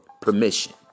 permission